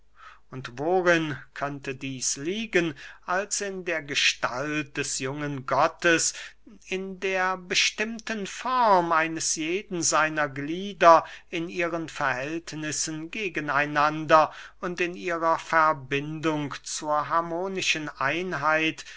und worin könnte dieß liegen als in der gestalt des jungen gottes in der bestimmten form eines jeden seiner glieder in ihren verhältnissen gegen einander und in ihrer verbindung zur harmonischen einheit